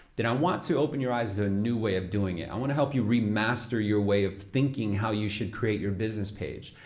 then i um want to open your eyes a so new way of doing it. i want to help you remaster your way of thinking how you should create your business page.